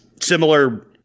similar